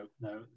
no